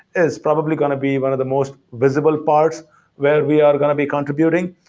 it's probably going to be one of the most visible parts where we are going to be contributing,